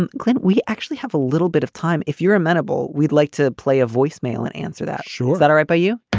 and clint, we actually have a little bit of time. if you're amenable, we'd like to play a voicemail and answer that. sure. that's right. by you